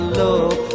love